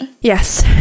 Yes